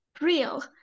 real